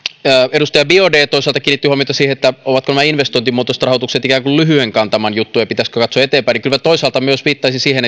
edustaja biaudet toisaalta kiinnitti huomiota siihen ovatko nämä investointimuotoiset rahoitukset ikään kuin lyhyen kantaman juttuja pitäisikö katsoa eteenpäin kyllä minä toisaalta myös viittaisin siihen